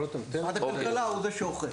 משרד הכלכלה הוא זה שאוכף.